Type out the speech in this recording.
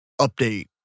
Update